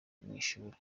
ishuri